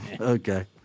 Okay